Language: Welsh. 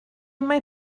mae